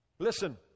Listen